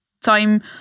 time